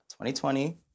2020